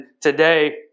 today